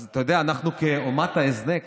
אז אתה יודע, אנחנו כאומת ההזנק